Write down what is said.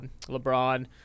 LeBron